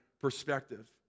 perspective